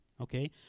Okay